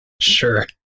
Sure